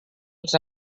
als